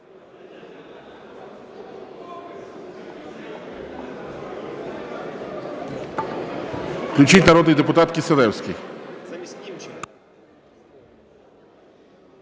Включіть, народний депутат Кисилевський.